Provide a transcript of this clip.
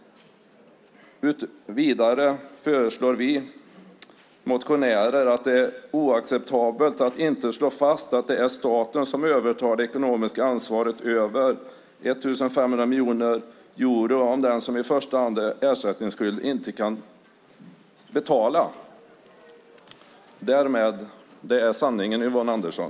Det är också oacceptabelt att inte slå fast att det är staten som övertar det ekonomiska ansvaret över 1 500 miljoner euro om den som i första hand är ersättningsskyldig inte kan betala. Det är sanningen, Yvonne Andersson.